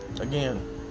Again